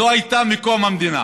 שלא הייתה מקום המדינה,